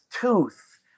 tooth